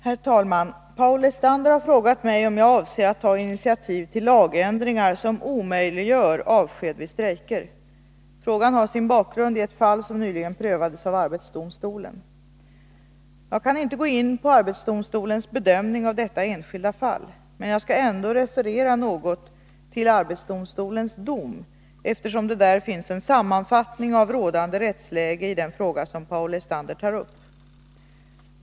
Herr talman! Paul Lestander har frågat mig om jag avser att ta initiativ till lagändringar som omöjliggör avsked vid strejker. Frågan har sin bakgrund i ett fall som nyligen prövades av arbetsdomstolen. Jag kan inte gå in på arbetsdomstolens bedömning av detta enskilda fall. Men jag skall ändå referera något till arbetsdomstolens dom, eftersom det där finns en sammanfattning av rådande rättsläge i den fråga som Paul Lestander tar upp.